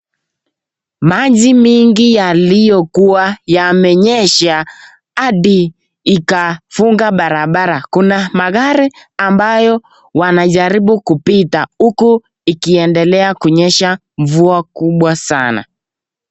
Maji mingi yaliyokuwa yamenyesha hadi ikafunga barabara, kuna magari ambayo wanajaribu kupita huku ikiendelea kunyesah mvua kubwa sana.